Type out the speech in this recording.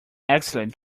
excellent